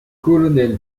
colonel